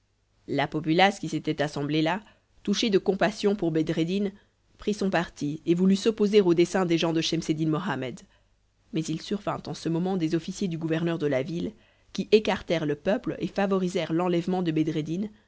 la populace qui s'était assemblée là touchée de compassion pour bedreddin prit son parti et voulut s'opposer au dessein des gens de schemseddin mohammed mais il survint en ce moment des officiers du gouverneur de la ville qui écartèrent le peuple et favorisèrent l'enlèvement de